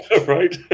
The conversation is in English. Right